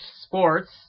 Sports